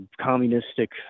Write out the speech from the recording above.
communistic